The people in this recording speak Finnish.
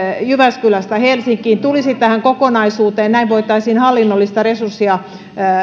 jyväskylästä helsinkiin tulisi tähän kokonaisuuteen näin voitaisiin hallinnollista resurssia